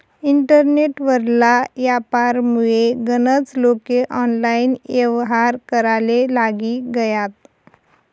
internet वरला यापारमुये गनज लोके ऑनलाईन येव्हार कराले लागी गयात